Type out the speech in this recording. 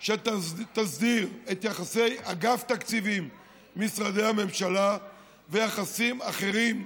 הממשלה שתסדיר את יחסי אגף תקציבים ומשרדי הממשלה ויחסים אחרים,